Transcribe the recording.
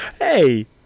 hey